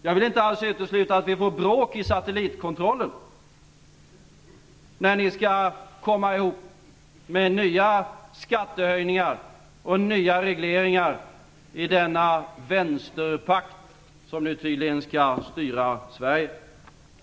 Jag vill inte alls utesluta att det blir bråk i satellitkontrollen, när ni skall komma överens om nya skattehöjningar och nya regleringar i denna vänsterpakt som nu tydligen skall styra Sverige.